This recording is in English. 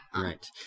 Right